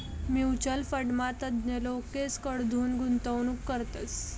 mutual फंडमा तज्ञ लोकेसकडथून गुंतवणूक करतस